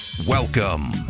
Welcome